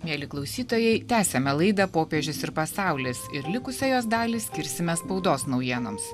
mieli klausytojai tęsiame laidą popiežius ir pasaulis ir likusią jos dalį skirsime spaudos naujienoms